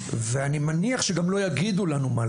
אם אני מתנגד זה רק לאמירה שאמרת: שכאילו הפולנים לא נפגעו בשואה.